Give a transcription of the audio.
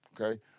Okay